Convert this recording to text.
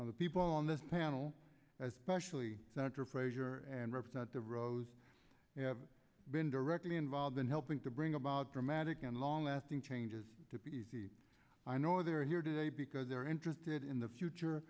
of the people on this panel as specially senator frazier and represent the rose they have been directly involved in helping to bring about dramatic and long lasting changes to p c i know they're here today because they're interested in the future